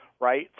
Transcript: right